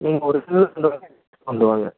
நீங்கள் ஒரிஜினல்ஸ் இருந்தால் கொண்டு வாங்க